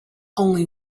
only